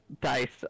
dice